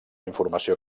informació